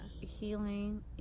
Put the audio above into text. healing